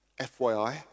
FYI